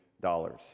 dollars